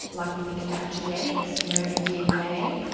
like we think about genetics, you know, and dna,